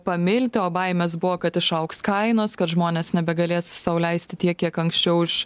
pamilti o baimės buvo kad išaugs kainos kad žmonės nebegalės sau leisti tiek kiek anksčiau už